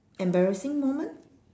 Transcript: embarrassing moment